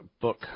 book